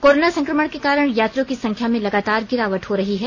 corona संक्रमण के कारण यात्रियों की संख्या में लगातार गिरावट हो रही है